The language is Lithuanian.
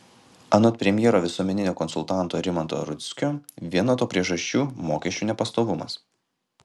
anot premjero visuomeninio konsultanto rimanto rudzkio viena to priežasčių mokesčių nepastovumas